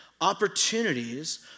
Opportunities